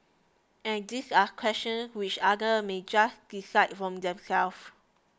and these are questions which others may just decide for themselves